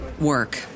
work